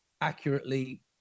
accurately